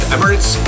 Emirates